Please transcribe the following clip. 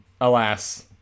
alas